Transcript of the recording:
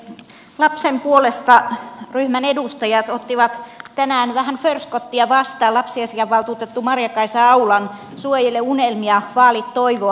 lapsen puolesta ryhmän edustajat ottivat tänään vähän förskottia vastaan lapsiasiavaltuutettu maria kaisa aulan suojele unelmia vaali toivoa